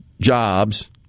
jobs